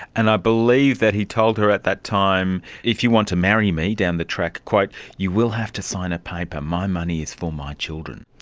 and i believe that he told her at that time if you want to marry me down the track, you will have to sign a paper, my money is for my children'.